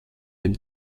dem